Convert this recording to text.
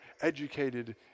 educated